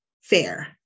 fair